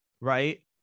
right